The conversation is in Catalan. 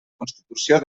constitució